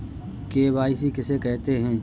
KYC किसे कहते हैं?